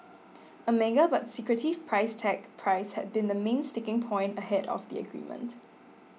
a mega but secretive price tag price had been the main sticking point ahead of the agreement